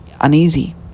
uneasy